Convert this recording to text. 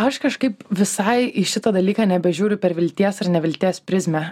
aš kažkaip visai į šitą dalyką nebežiūriu per vilties ir nevilties prizmę